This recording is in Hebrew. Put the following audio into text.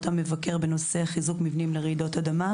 המבקר בנושא חיזוק מבנים לרעידות אדמה,